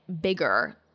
bigger